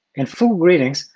in fugu greetings,